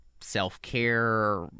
self-care